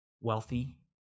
wealthy